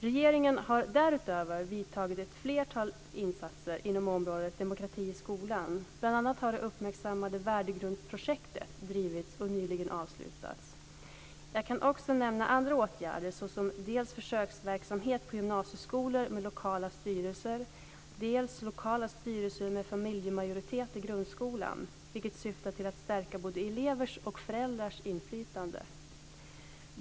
Regeringen har därutöver vidtagit ett flertal insatser inom området demokrati i skolan, och bl.a. har det uppmärksammade Värdegrundsprojektet drivits och nyligen avslutats. Jag kan också nämna andra åtgärder, såsom dels försöksverksamhet på gymnasieskolor med lokala styrelser, dels lokala styrelser med föräldramajoritet i grundskolan, vilket syftar till att stärka både elevers och föräldrars inflytande.